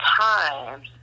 times